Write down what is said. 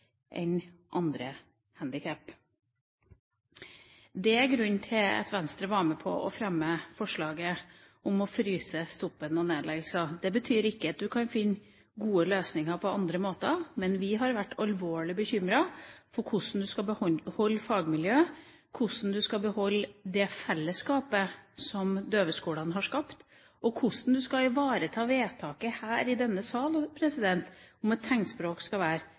enn de som har andre handikap. Det er grunnen til at Venstre var med på å fremme forslaget om å fryse og stoppe nedleggelser. Det betyr ikke at man ikke kan finne gode løsninger på andre måter, men vi har vært alvorlig bekymret for hvordan man skal beholde fagmiljøet, hvordan man skal beholde det fellesskapet som døveskolene har skapt, og hvordan man skal ivareta vedtaket her i denne sal om at tegnspråk skal være